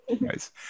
Nice